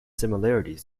similarities